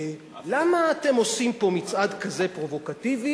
למה אתם עושים פה מצעד כזה פרובוקטיבי,